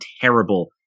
terrible